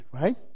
right